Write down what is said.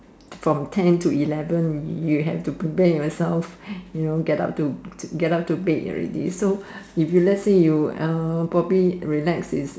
from ten to eleven you have to prepare yourself you know get up to get up to bed already so if you let's say you uh probably relax is